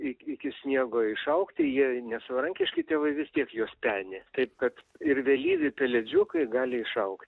ik iki sniego išaugti jie nesavarankiški tėvai vis tiek juos peni taip kad ir vėlyvi pelėdžiukai gali išaugt